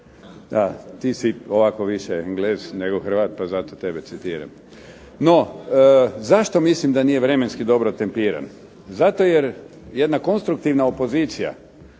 Da, ti si ovako više Englez nego Hrvat, pa zato tebe citiram. No, zašto mislim da nije vremenski dobro tempiran? Zato jer jedna konstruktivna opozicija